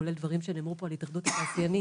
כולל דברים שנאמרו פה על התאחדות התעשיינים,